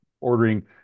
ordering